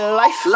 life